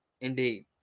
indeed